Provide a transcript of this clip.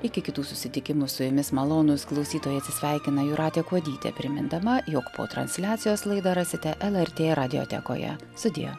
iki kitų susitikimų su jumis malonūs klausytojai atsisveikina jūratė kuodytė primindama jog po transliacijos laidą rasite lrt radiotekoje sudie